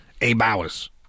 A-Bowers